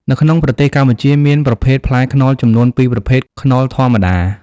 នៅក្នុងប្រទេសកម្ពុជាមានប្រភេទផ្លែខ្នុរចំនួន ពីរប្រភេទ ខ្នុរធម្មតា ។